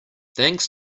thanks